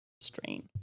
strain